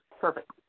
perfect